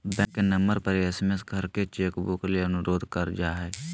bank के नम्बर पर एस.एम.एस करके चेक बुक ले अनुरोध कर जा हय